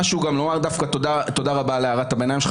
תודה רבה על הערת הביניים.